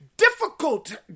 Difficult